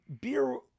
beer